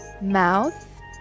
mouth